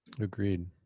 Agreed